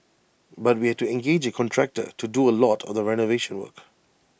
but we had to engage A contractor to do A lot of the renovation work